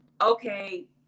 okay